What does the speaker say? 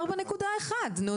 4.1 מיליון שקלים.